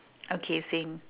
okay same